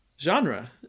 genre